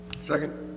second